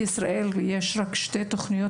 הישיבה נערכת במסגרת